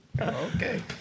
Okay